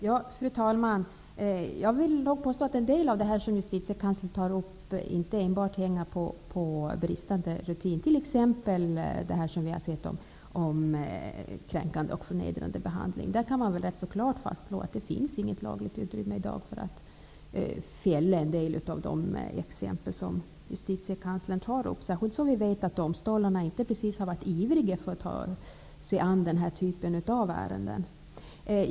Fru talman! Jag vill nog påstå att en del av det som Justitiekanslern tar upp inte enbart hänger på bristande rutin. Det gäller t.ex. det som vi har sett när det gäller kränkande och förnedrande behandling. Där kan man ganska klart fastslå att det inte finns något lagligt utrymme i dag för att fälla i en del av de exempel som Justitiekanslern tar upp, särskilt som vi vet att domstolarna inte precis har varit ivriga att ta sig an den här typen av ärenden.